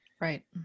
Right